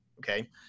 okay